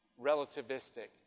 relativistic